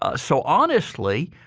ah so honestly,